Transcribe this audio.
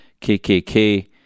KKK